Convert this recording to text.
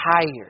tired